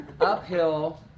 uphill